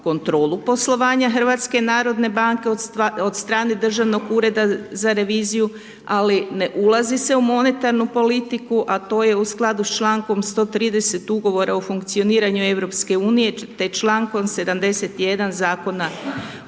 kontrolu poslovanja HNB-a od strane Državnog ureda za reviziju ali ne ulazi se u monetarnu politiku a to je u skladu sa člankom 130 ugovora o funkcioniranju EU te člankom 71. Zakona